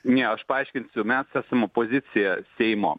ne aš paaiškinsiu mes esam opozicija seimo